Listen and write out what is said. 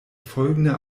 folgende